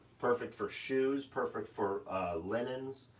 perfect for shoes, perfect for linens,